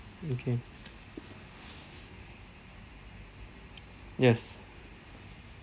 okay yes